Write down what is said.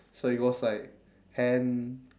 so it goes like hen~